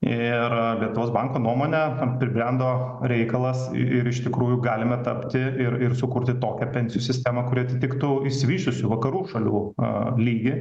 ir lietuvos banko nuomone pribrendo reikalas i ir iš tikrųjų galime tapti ir ir sukurti tokią pensijų sistemą kuri atitiktų išsivysčiusių vakarų šalių lygį